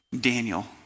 Daniel